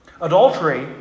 Adultery